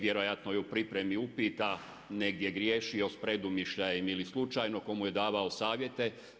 Vjerojatno je u pripremi upita negdje griješio s predumišljajem ili slučajno tko mu je davao savjete.